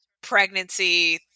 pregnancy